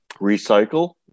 recycle